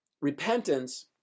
Repentance